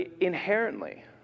inherently